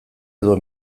edo